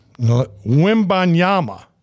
Wimbanyama